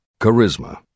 Charisma